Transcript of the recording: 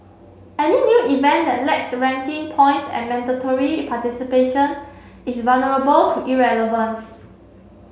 any new event that lacks ranking points and mandatory participation is vulnerable to irrelevance